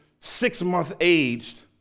six-month-aged